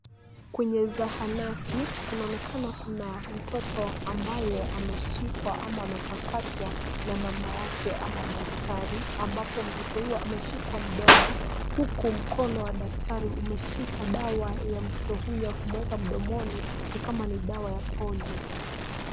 Kwenye zahanati, kunaonekana kuna mtoto ambaye ameshikwa ama amepakatwa na mama yake ama daktari, ambapo mtoto huyo ameshikwa mdomo huku mkono wa daktari umeshika dawa ya mtoto huyo kumweka mdomoni, ni kama ni dawa ya Polio.